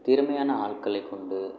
திறமையான ஆட்களை கொண்டு